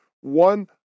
one